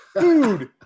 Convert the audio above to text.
Food